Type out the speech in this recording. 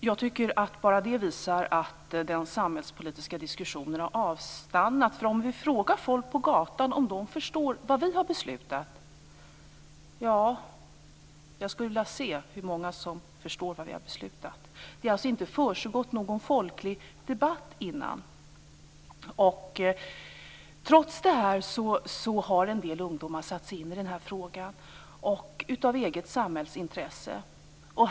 Jag tycker att bara det visar att den samhällspolitiska diskussionen har avstannat. Frågar man folk på gatan skulle jag vilja se hur många som förstår vad vi har beslutat. Det har alltså inte försiggått någon folklig debatt innan beslutet. Trots det har en del ungdomar satt sig in i frågan av eget samhällsintresse.